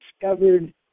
discovered